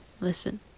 Listen